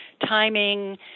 timing